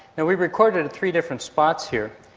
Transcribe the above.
and we recorded at three different spots here,